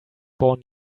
born